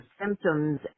symptoms